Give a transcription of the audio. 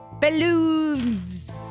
Balloons